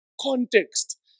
context